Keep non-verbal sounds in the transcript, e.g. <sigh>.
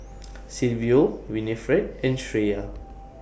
<noise> Silvio Winnifred and Shreya <noise>